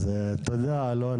אז תודה אלון.